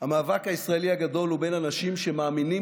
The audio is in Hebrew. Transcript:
המאבק הישראלי הגדול הוא בין אנשים שמאמינים